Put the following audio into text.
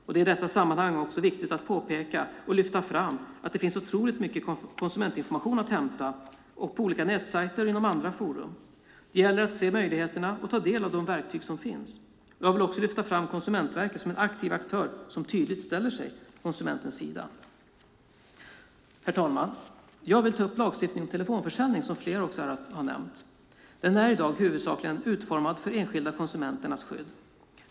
Det är i detta sammanhang också viktigt att påpeka och lyfta fram att det finns otroligt mycket konsumentinformation att hämta på olika nätsajter och inom andra forum. Det gäller att se möjligheterna och ta del av de verktyg som finns. Jag vill också lyfta fram Konsumentverket som en aktiv aktör som tydligt ställer sig på konsumentens sida. Herr talman! Jag vill ta upp lagstiftningen om telefonförsäljning. Den är i dag huvudsakligen utformad för enskilda konsumenters skydd.